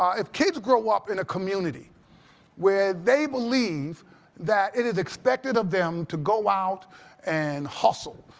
ah if kids grow up in a community where they believe that it is expected of them to go out and hustle,